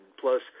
plus